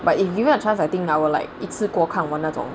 but if given a chance I think I will like 一次过看完哪种